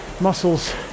muscles